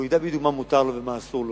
והוא ידע בדיוק מה מותר לו ומה אסור לו,